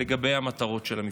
לגבי המטרות של המבצע.